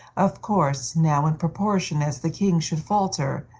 of course, now, in proportion as the king should falter,